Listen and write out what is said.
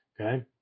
okay